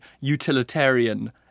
utilitarian